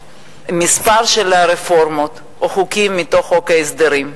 כמה רפורמות או חוקים מתוך חוק ההסדרים.